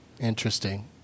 Interesting